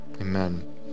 Amen